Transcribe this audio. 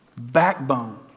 backbone